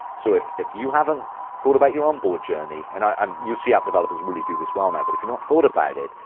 so if if you haven't thought about your onboard journey, and um you'll see app developers really do this well now, but if you've not thought about it,